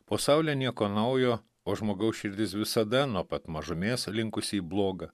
po saule nieko naujo o žmogaus širdis visada nuo pat mažumės linkusi į bloga